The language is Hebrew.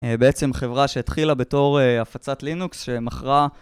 בעצם חברה שהתחילה בתור הפצת לינוקס, שמכרה,